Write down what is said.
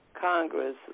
Congress